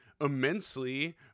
immensely